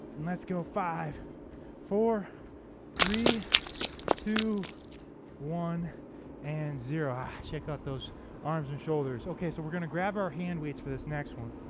and let's go five four three two one and zero check out those arms and shoulders okay so we're going to grab our hand weights for this next one